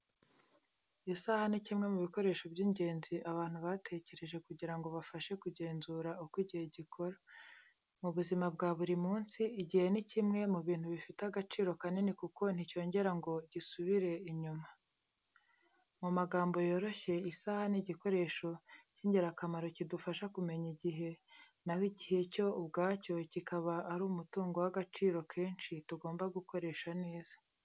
Isaha ni kimwe mu bikoresho by’ingenzi abantu batekereje kugira ngo bafashe kugenzura uko igihe gikora. Mu buzima bwa buri munsi, igihe ni kimwe mu bintu bifite agaciro kanini kuko nticyongera ngo gisubire inyuma. Mu magambo yoroshye, isaha ni igikoresho cy’ingirakamaro kidufasha kumenya igihe, na ho igihe cyo ubwacyo kikaba ari umutungo w’agaciro kenshi tugomba gukoresha neza.